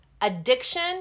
addiction